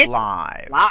live